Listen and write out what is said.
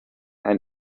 ein